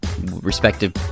respective